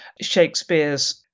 Shakespeare's